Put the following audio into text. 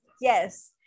Yes